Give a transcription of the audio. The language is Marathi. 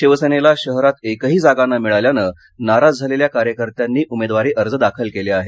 शिवसेनेला शहरात एकही जागा न मिळाल्याने नाराज झालेल्या कार्यकर्त्यांनी उमेदवारी अर्ज दाखल केले आहेत